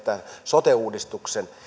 sote uudistuksen